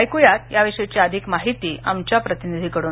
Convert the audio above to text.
ऐकू या याविषयी अधिक माहिती आमच्या प्रतिनिधीकडून